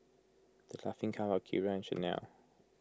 the Laughing Cow Akira Chanel